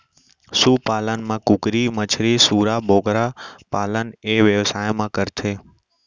सु पालन म कुकरी, मछरी, सूरा, बोकरा पालन ए बेवसाय म करथे